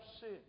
sin